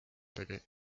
tegi